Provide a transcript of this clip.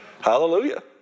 Hallelujah